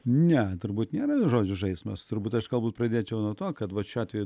ne turbūt ne bet žodžių žaismas turbūt aš galbūt pradėčiau nuo to kad šiuo atveju